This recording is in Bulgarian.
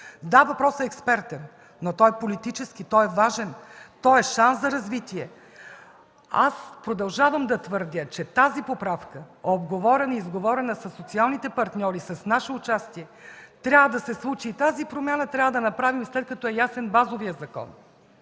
Да, въпросът е експертен, но той е политически, той е важен, той е шанс за развитие. Продължавам да твърдя, че тази поправка, уговорена и изговорена със социалните партньори с наше участие, трябва да се случи. Тази промяна трябва да я направим след като е ясен базовият закон.